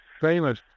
famous